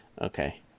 Okay